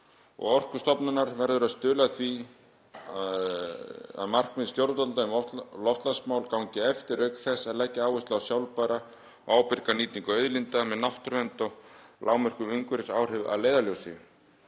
og orkustofnunar verður að stuðla að því að markmið stjórnvalda um loftslagsmál gangi eftir auk þess að leggja áherslu á sjálfbæra og ábyrga nýtingu auðlinda með náttúruvernd og lágmörkuð umhverfisáhrif að leiðarljósi.